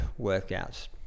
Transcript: workouts